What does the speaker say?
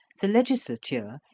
the legislature,